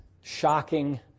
shocking